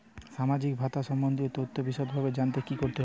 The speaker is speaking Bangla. সামাজিক ভাতা সম্বন্ধীয় তথ্য বিষদভাবে জানতে কী করতে হবে?